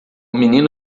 menino